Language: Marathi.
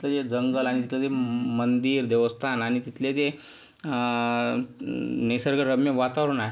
ते जे जंगल आणि तिथलं जे मंदिर देवस्थान आणि तिथले जे निसर्गरम्य वातावरण आहे